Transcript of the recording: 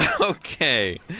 Okay